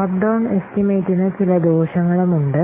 top down എസ്റ്റിമേറ്റിന് ചില ദോഷങ്ങളുമുണ്ട്